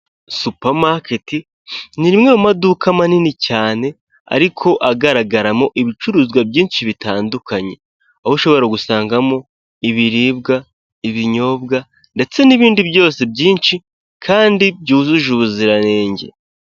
Supamaketi, ni rimwe mu maduka manini cyane ariko agaragaramo ibicuruzwa byinshi bitandukanye, aho ushobora gusangamo ibiribwa, ibinyobwa, ndetse n'ibindi byose byinshi kandi byujuje ubuziranenge.